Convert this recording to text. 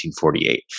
1948